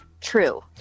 True